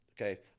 okay